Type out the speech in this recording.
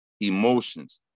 emotions